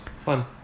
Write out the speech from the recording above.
Fun